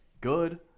good